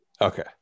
Okay